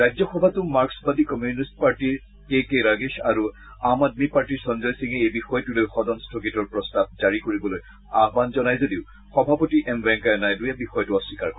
ৰাজ্যসভাতো মাৰ্ক্সবাদী কমিউনিষ্ট পাৰ্টিৰ কে কে ৰাগেশ আৰু আম আদমি পাৰ্টিৰ সঞ্জয় সিঙে এই বিষয়টো লৈ সদন স্থগিতৰ প্ৰস্তাৱ জাৰি কৰিবলৈ আহবান জনাই যদিও সভাপতি এম ভেংকায়া নাইডুৰে বিষয়টো অস্বীকাৰ কৰে